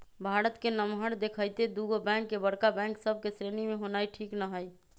भारत के नमहर देखइते दुगो बैंक के बड़का बैंक सभ के श्रेणी में होनाइ ठीक न हइ